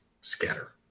scatter